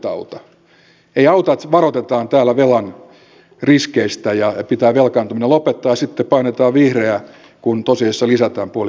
ei auta että varoitetaan täällä velan riskeistä ja puhutaan että pitää velkaantuminen lopettaa ja sitten painetaan vihreää kun tosiasiassa lisätään puoli miljardia velkaa